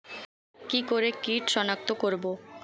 কি করে কিট শনাক্ত করব?